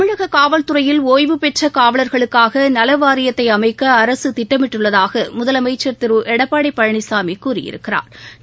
தமிழக காவல்துறையில் ஓய்வுபெற்ற காவலா்களுக்காக நல வாரியத்தை அமைக்க அரசு திட்டமிட்டுள்ளதாக முதலமைச்சா் திரு எடப்பாடி பழனிசாமி கூறியிருக்கிறாா்